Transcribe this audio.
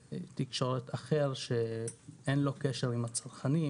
לתקשורת אחרת שאין לה קשר עם הצרכנים